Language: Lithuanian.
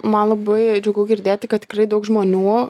man labai džiugu girdėti kad tikrai daug žmonių